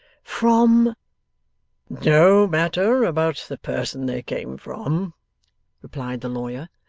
from no matter about the person they came from replied the lawyer.